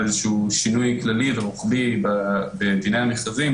איזשהו שינוי כללי ורוחבי בדיני המכרזים,